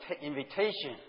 invitation